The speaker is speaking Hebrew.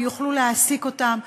ויוכלו להעסיק אותם,